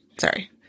sorry